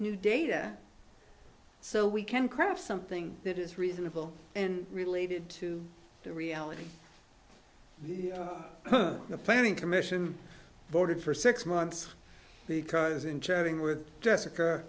new data so we can craft something that is reasonable and related to the reality the planning commission voted for six months because in chatting with jessica